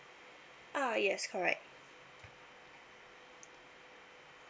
ah yes correct